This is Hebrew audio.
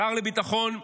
שר לביטחון לאומי,